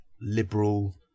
liberal